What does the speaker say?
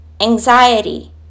Anxiety